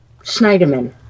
Schneiderman